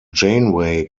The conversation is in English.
janeway